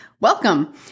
welcome